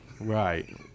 Right